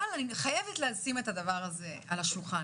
אבל אני חייבת לשים את זה על השולחן: